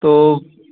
তো